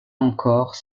encore